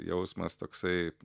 jausmas toksai